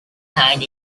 hang